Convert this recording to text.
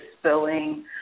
spilling